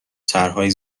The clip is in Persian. طرحهای